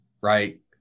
right